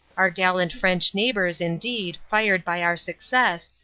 our gallant french neighbors, indeed, fired by our success,